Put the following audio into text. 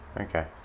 Okay